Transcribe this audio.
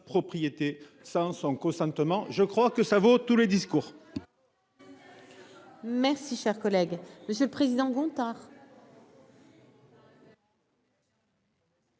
propriété sans son consentement. Je crois que ça vaut tous les discours. Merci cher collègue. Monsieur le président Gontard.